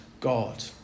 God